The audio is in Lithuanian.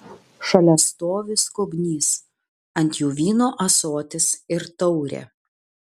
šalia stovi skobnys ant jų vyno ąsotis ir taurė